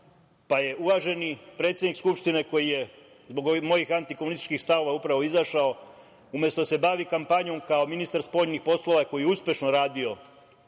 pa je uvaženi predsednik Skupštine koji je zbog ovih mojih antikomunističkih stavova upravo izašao, umesto da se bavi kampanjom kao ministar spoljnih poslova koji je uspešno radio,